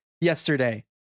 yesterday